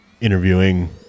interviewing